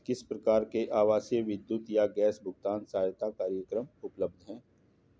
किस प्रकार के आवासीय विद्युत या गैस भुगतान सहायता कार्यक्रम उपलब्ध हैं?